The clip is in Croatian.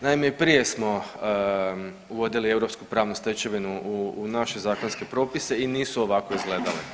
Naime, i prije smo uvodili europsku pravnu stečevinu naše zakonske propise i nisu ovako izgledale.